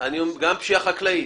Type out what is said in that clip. גם פשיעה חקלאית.